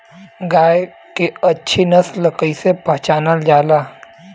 गाय के अच्छी नस्ल कइसे पहचानल जाला?